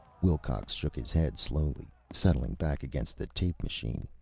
wilcox shook his head slowly, settling back against the tape machine.